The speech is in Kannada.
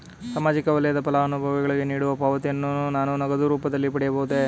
ಸಾಮಾಜಿಕ ವಲಯದ ಫಲಾನುಭವಿಗಳಿಗೆ ನೀಡುವ ಪಾವತಿಯನ್ನು ನಾನು ನಗದು ರೂಪದಲ್ಲಿ ಪಡೆಯಬಹುದೇ?